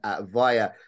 via